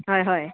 হয় হয়